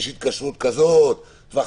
אם אתה